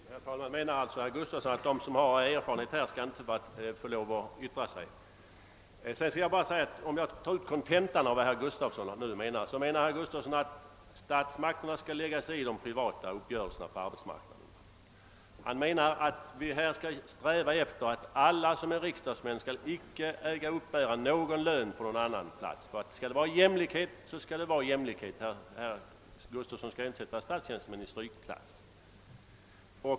Herr talman! Menar alltså herr Gustavsson i Alvesta att de människor som har erfarenheter på detta område inte skall få lov att yttra sig? Om jag drar ut kontentan av herr Gustavssons resonemang, så menar han att statsmakterna skall blanda sig i de privata uppgö relserna på arbetsmarknaden. Han menar vidare att vår strävan skall vara att riksdagsmän icke skall få uppbära lön från annat håll — ty skall det vara jämlikhet, så skall det! Herr Gustavsson kan ju inte sätta statstjänstemännen i strykklass.